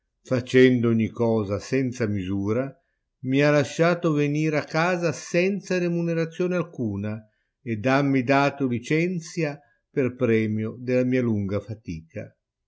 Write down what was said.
facendo ogni cosa senza misura mi ha lasciato venir a casa senza remunerazione alcuna ed hammi dato licenzia per premio della mia lunga fatica